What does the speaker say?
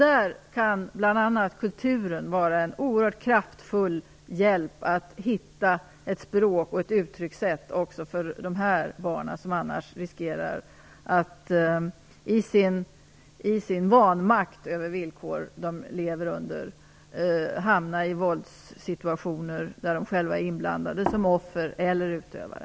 Där kan bl.a. kulturen vara en oerhört kraftfull hjälp när det gäller att hitta ett språk och ett uttryckssätt också för dessa barn, som annars riskerar att i sin vanmakt över de villkor som de lever under hamna i våldssituationer där de själva är inblandade som offer eller som utövare.